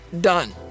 done